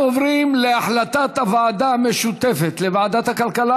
אנחנו עוברים להחלטת הוועדה המשותפת לוועדת הכלכלה